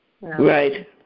Right